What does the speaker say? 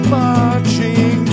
marching